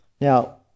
Now